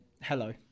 hello